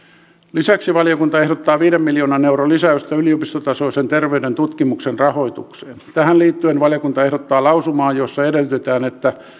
lisäksi valiokunta ehdottaa viiden miljoonan euron lisäystä yliopistotasoisen terveyden tutkimuksen rahoitukseen tähän liittyen valiokunta ehdottaa lausumaa jossa edellytetään että